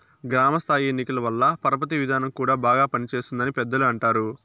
గ్రామ స్థాయి ఎన్నికల వల్ల పరపతి విధానం కూడా బాగా పనిచేస్తుంది అని పెద్దలు అంటారు